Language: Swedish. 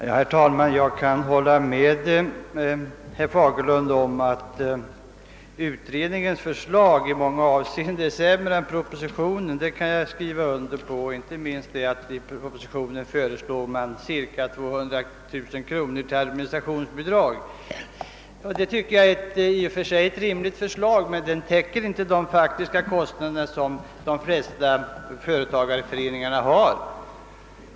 Herr talman! Jag kan hålla med herr Fagerlund om att utredningens förslag i många avseenden är sämre än propositionens inte minst genom att man i propositionen föreslår 200 000 kronor i administrationsbidrag. Det tycker jag i och för sig är ett rimligt förslag, men det täcker ändå inte de faktiska kostnader som de flesta företagareföreningarna har.